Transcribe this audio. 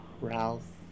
Ralph